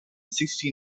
sixty